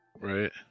Right